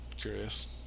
curious